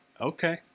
Okay